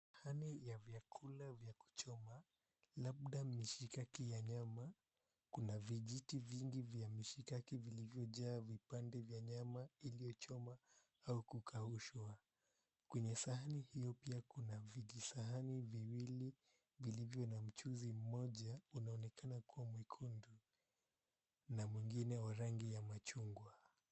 Sahani ya vyakula vya kuchoma labda mishikaki ya nyama. Kuna vijiti vingi vya mishikaki vilivyojaa vipande vya nyama iliyochomwa au kukaushwa, kwenye sahani hiyo pia kuna vijisahani viwili vilivyo na mchuzi. Mmoja unaonekana kua mwekundu na mwingine wa rangi ya machungwa.